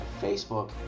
Facebook